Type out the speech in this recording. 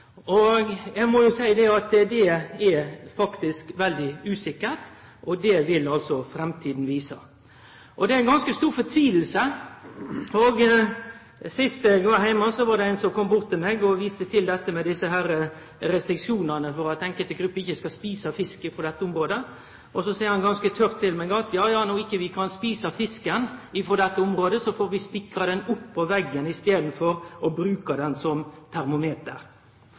Eg må jo seie at det faktisk er veldig usikkert, og at det vil framtida vise. Det er ei ganske stor fortviling. Sist eg var heime, var det ein som kom bort til meg og viste til restriksjonane, at enkelte grupper ikkje skal spise fisk frå dette området. Så seier han ganske tørt til meg: Ja, når vi ikkje kan spise fisken frå dette området, får vi spikre han opp på veggen i staden og bruke han som termometer.